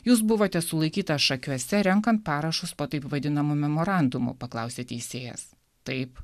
jūs buvote sulaikytas šakiuose renkant parašus po taip vadinamu memorandumu paklausė teisėjas taip